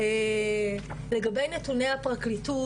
לגבי נתוני הפרקליטות,